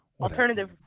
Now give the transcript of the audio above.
alternative